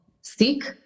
seek